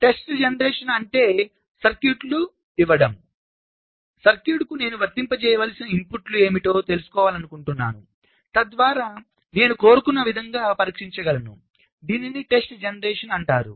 test generation అంటే circuit ఇవ్వడం సర్క్యూట్కు నేను వర్తింపజేయవలసిన ఇన్పుట్లు ఏమిటో తెలుసుకోవాలనుకుంటున్నాను తద్వారా నేను కోరుకున్న విధంగా పరీక్షించగలను దీనిని టెస్ట్ జనరేషన్ అంటారు